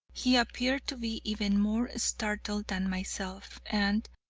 he appeared to be even more startled than myself, and,